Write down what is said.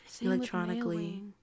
electronically